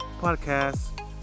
podcast